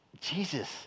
Jesus